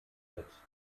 mit